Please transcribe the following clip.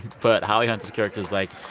but holly hunter's character is like,